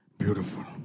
beautiful